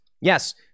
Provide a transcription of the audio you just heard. Yes